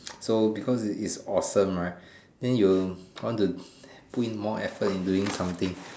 so because its its awesome right then you want to put in more effort in doing something